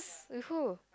with who